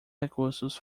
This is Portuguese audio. recursos